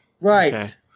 right